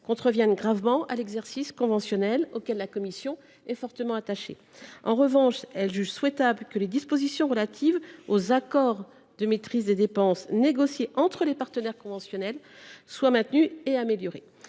contreviennent gravement à l’exercice conventionnel, auquel la commission est fortement attachée. En revanche, nous jugeons souhaitable que les dispositions relatives aux accords de maîtrise des dépenses négociés entre les partenaires conventionnels soient maintenues et améliorées.